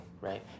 Right